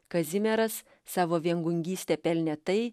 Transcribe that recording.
kazimieras savo viengungyste pelnė tai